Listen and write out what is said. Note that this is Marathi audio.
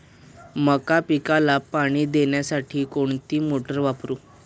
मका पिकाला पाणी देण्यासाठी कोणती मोटार वापरू?